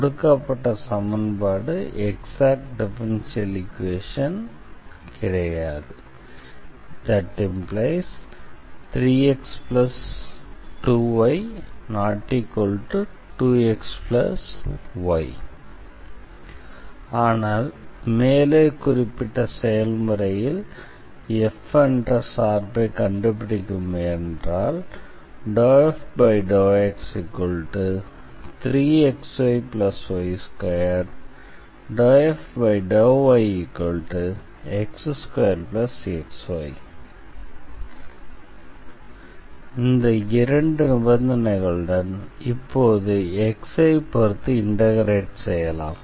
கொடுக்கப்பட்ட சமன்பாடு exact differential equation அல்ல ⟹3x2y≠2xy ஆனால் மேலே குறிப்பிட்ட செயல்முறையில் f என்ற சார்பை கண்டுபிடிக்க முயன்றால் ∂f∂x3xyy2 ∂f∂yx2xy எனவே இந்த இரண்டு நிபந்தனைகளுடன் இப்போது x ஐ பொறுத்து இண்டெக்ரேட் செய்யலாம்